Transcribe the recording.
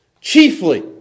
chiefly